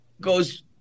goes